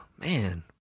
man